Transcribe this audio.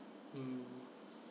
mm